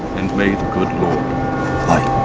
and may the good lord light